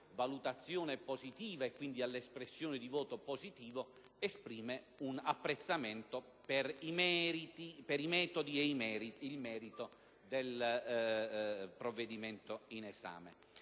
valutazione positiva e quindi all'espressione di un voto favorevole, esprime un apprezzamento per i metodi ed il merito del provvedimento in esame.